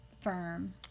firm